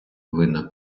винна